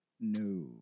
No